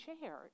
shared